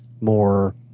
more